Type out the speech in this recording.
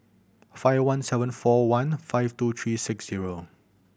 five one seven four one five two three six zero